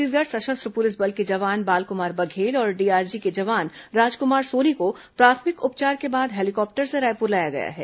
छत्तीसगढ़ सशस्त्र पुलिस बल के जवान बालकुमार बघेल और डीआरजी के जवान राजकुमार सोनी को प्राथमिक उपचार के बाद हेलीकॉप्टर से रायपुर लाया गया है